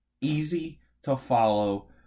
easy-to-follow